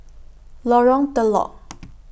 Lorong Telok